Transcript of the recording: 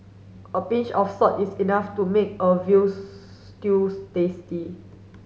a pinch of salt is enough to make a veals stews tasty